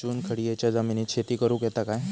चुनखडीयेच्या जमिनीत शेती करुक येता काय?